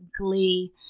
glee